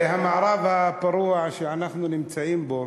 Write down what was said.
המערב הפרוע שאנחנו נמצאים בו